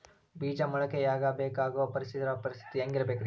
ಬೇಜ ಮೊಳಕೆಯಾಗಕ ಬೇಕಾಗೋ ಪರಿಸರ ಪರಿಸ್ಥಿತಿ ಹ್ಯಾಂಗಿರಬೇಕರೇ?